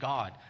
God